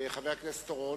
הלאומי ואחר כך חד"ש.